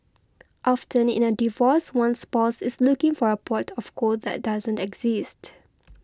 often in a divorce one spouse is looking for a pot of gold that doesn't exist